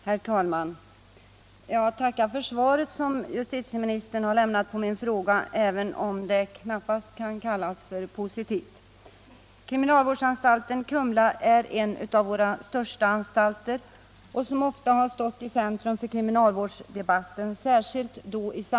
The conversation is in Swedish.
Herr talman! Jag tackar för svaret som justitieministern har limnat på min fråga, även om det knappast kan kallas positivt.